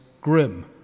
grim